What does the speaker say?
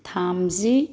थामजि